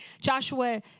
Joshua